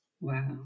Wow